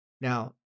Now